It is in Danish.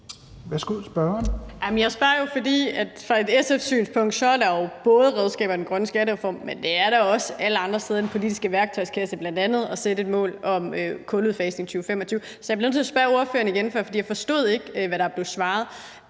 Jeg spørger jo, fordi der fra et SF-synspunkt både er redskaber i den grønne skattereform, men også alle andre steder i den politiske værktøjskasse, bl.a. i forhold til at sætte et mål om kuludfasning i 2025. Så jeg bliver nødt til at spørge ordføreren igen, for jeg forstod ikke, hvad der blev svaret: